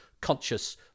conscious